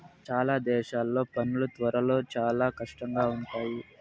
చాలా దేశాల్లో పనులు త్వరలో చాలా కష్టంగా ఉంటాయి